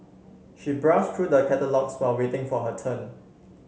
she browsed through the catalogues while waiting for her turn